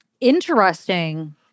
interesting